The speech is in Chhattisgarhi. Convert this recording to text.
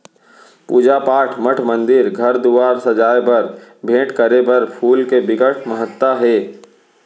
पूजा पाठ, मठ मंदिर, घर दुवार सजाए बर, भेंट करे बर फूल के बिकट महत्ता हे